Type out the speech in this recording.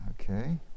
Okay